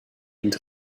into